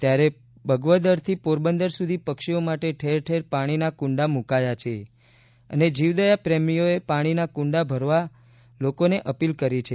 ત્યારે બગવદરથી પોરબંદર સુધી પક્ષીઓ માટે ઠેર ઠેર પાણીના કુંડા મૂકાયા છે અને જીવદયા પ્રેમીઓએ પાણીના કુંડા ભરવા લોકોને અપીલ કરી છે